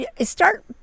start